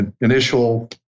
initial